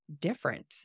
different